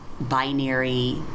binary